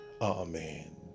amen